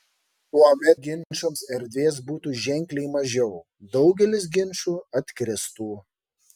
tuomet ginčams erdvės būtų ženkliai mažiau daugelis ginčų atkristų